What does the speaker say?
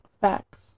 Facts